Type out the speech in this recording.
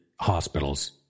hospitals